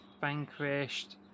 vanquished